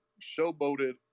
showboated